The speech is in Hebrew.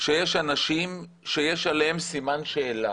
שיש אנשים שיש עליהם סימן שאלה.